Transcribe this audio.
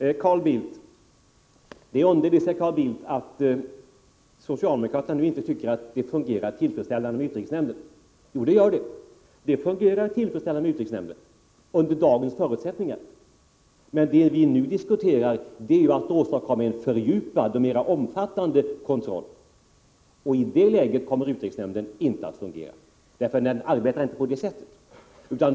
Carl Bildt säger att socialdemokraterna nu inte tycker att utrikesnämnden fungerar tillfredsställande. Jo det gör den. Utrikesnämnden fungerar tillfredsställande — under dagens förutsättningar. Men vad vi nu diskuterar är att åstadkomma en fördjupad och mera omfattande kontroll. I detta läge kommer utrikesnämnden inte att fungera, eftersom den inte arbetar så.